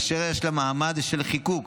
אשר יש לה מעמד של חיקוק,